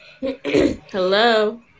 Hello